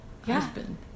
husband